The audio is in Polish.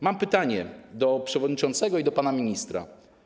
Mam pytanie do przewodniczącego i do pana ministra.